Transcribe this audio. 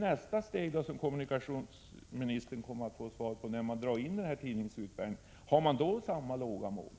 Nästa steg kommunikationsministern kommer att få ta ställning till är när tidningsutbärningen dras in. Har man då samma låga mål?